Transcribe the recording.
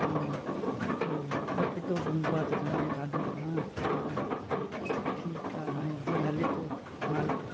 ऐं ॿियो पपीतो बि हूंदो आहे त चवंदी आहियां ॾाढो खावा हाणे ठीकु आहे हाणे जीअं हले थो मालिक